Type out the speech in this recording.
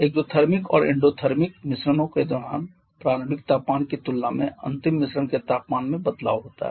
exothermic और endothermic मिश्रणों के दौरान प्रारंभिक तापमान की तुलना में अंतिम मिश्रण के तापमान में बदलाव होता है